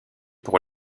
pour